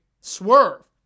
Swerve